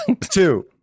Two